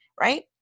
right